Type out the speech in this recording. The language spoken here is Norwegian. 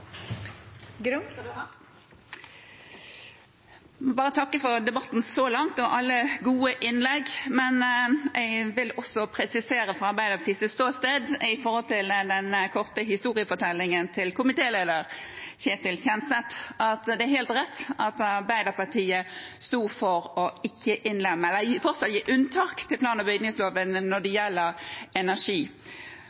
takke for debatten så langt og for alle gode innlegg. Jeg vil også presisere fra Arbeiderpartiets ståsted, med tanke på den korte historiefortellingen til komitéleder Ketil Kjenseth, at det er helt rett at Arbeiderpartiet sto for ikke å innlemme, men fortsatt å gi unntak fra plan- og bygningsloven når det